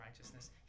righteousness